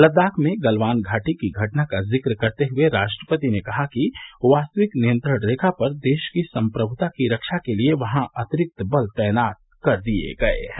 लद्दाख में गलवान घाटी की घटना का जिक्र करते हुए राष्ट्रपति ने कहा कि वास्तविक नियंत्रण रेखा पर देश की संप्रभुता की रक्षा के लिए वहां अतिरिक्त बल तैनात कर दिए गए है